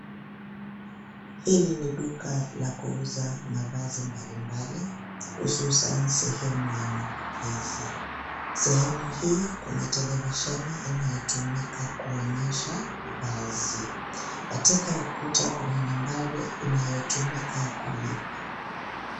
Hili ni duka la kuuza mavazi mbali mbali, hususan sehemu ya mapokezi. Sehemu hii kuna televisheni inayotumika kuonyesha vazi. Katika ukuta kuna nambari inayotumika kulipa.